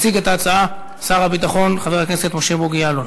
מציג את ההצעה שר הביטחון חבר הכנסת משה בוגי יעלון.